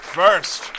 first